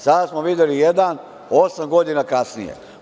Sada smo videli jedan osam godina kasnije.